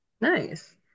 Nice